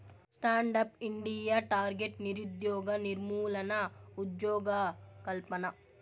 stand up India target నిరుద్యోగ నిర్మూలన, ఉజ్జోగకల్పన